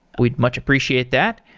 we'd much appreciate that.